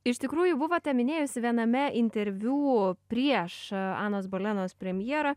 iš tikrųjų buvote minėjusi viename interviu prieš anos bolenos premjerą